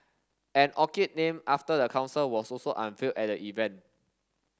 an orchid named after the council was also unveiled at the event